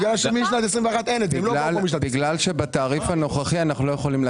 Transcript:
כי בתעריף הנוכחי אנו לא יכולים לתת את השירות הזה.